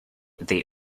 they